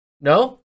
No